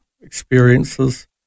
experiences